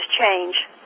change